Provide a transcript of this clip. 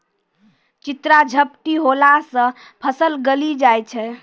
चित्रा झपटी होला से फसल गली जाय छै?